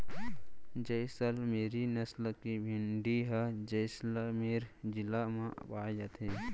जैसल मेरी नसल के भेड़ी ह जैसलमेर जिला म पाए जाथे